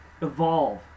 Evolve